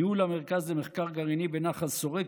ניהול המרכז למחקר גרעיני בנחל שורק